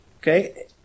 Okay